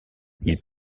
ils